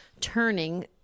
turning